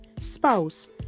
spouse